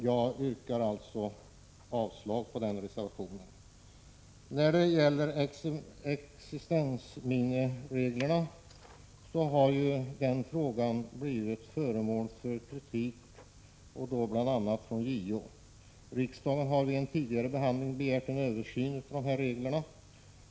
Jag yrkar avslag på den reservationen. Existensminimireglerna har från flera håll varit föremål för kritik, bl.a. från JO. Riksdagen har vid en tidigare behandling begärt en översyn av reglerna.